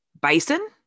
bison